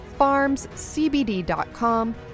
farmscbd.com